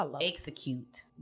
execute